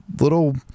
little